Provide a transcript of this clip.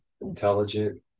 intelligent